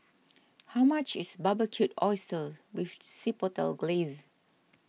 how much is Barbecued Oysters with Chipotle Glaze